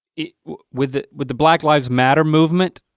with with the black lives matter movement,